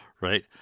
right